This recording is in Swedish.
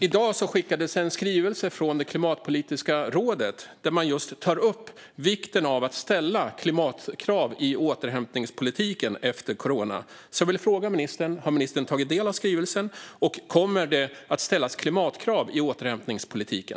I dag skickades en skrivelse från det klimatpolitiska rådet där man just tar upp vikten av att ställa klimatkrav i återhämtningspolitiken efter corona. Jag vill därför fråga ministern: Har ministern tagit del av skrivelsen, och kommer det att ställas klimatkrav i återhämtningspolitiken?